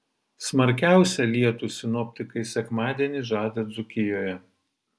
smarkiausią lietų sinoptikai sekmadienį žada dzūkijoje